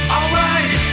Alright